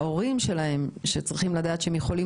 ההורים שלהם צריכים לדעת שהם יכולים